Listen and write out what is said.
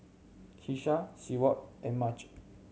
Keesha Seward and Mychal